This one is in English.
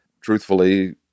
Truthfully